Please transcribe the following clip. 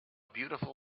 beautiful